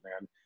man